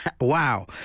Wow